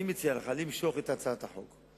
אני מציע לך למשוך את הצעת החוק,